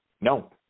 No